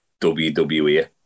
WWE